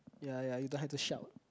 ya ya you don't have to shout